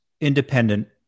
independent